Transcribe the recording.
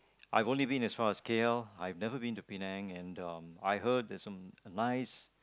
I've only been as far K_L I've never been to Penang and um I heard there's some nice